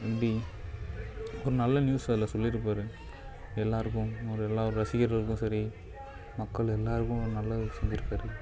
trending ஒரு நல்ல news அதில் சொல்லியிருப்பாரு எல்லோருக்கும் அவர் எல்லா ரசிகர்களுக்கும் சரி மக்கள் எல்லோருக்கும் அவர் நல்லதே செஞ்சுருக்காரு